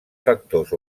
factors